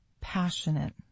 passionate